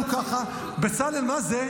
מה זה?